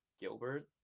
Gilbert